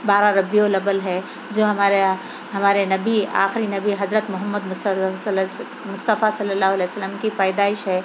بارہ ربیع الاول ہے جو ہمارے ہمارے نبی آخری نبی حضرت محمد مصطفیٰ صلی اللہ علیہ وسلم کی پیدائش ہے